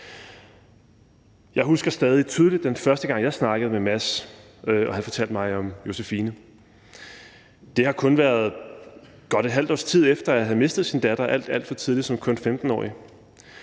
Jeg husker stadig tydeligt den første gang, jeg snakkede med Mads og han fortalte mig om Josephine. Det har været, godt et halvt års tid efter at han havde mistet sin datter alt, alt for tidligt, da hun kun